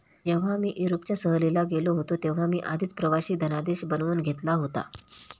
जेव्हा मी युरोपच्या सहलीला गेलो होतो तेव्हा मी आधीच प्रवासी धनादेश बनवून घेतला होता